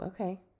okay